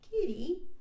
Kitty